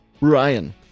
Ryan